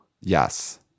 Yes